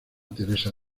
teresa